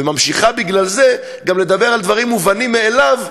וממשיכה בגלל זה גם לדבר על דברים מובנים מאליו,